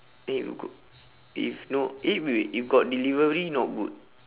then you go if no eh wait wait if got delivery not good